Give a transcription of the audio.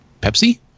Pepsi